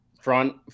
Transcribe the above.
front